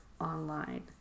online